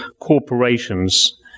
corporations